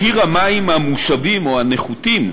מחיר המים המושבים, או הנחותים,